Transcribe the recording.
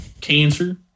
cancer